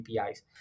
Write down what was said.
APIs